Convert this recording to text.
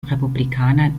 republikaner